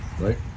Right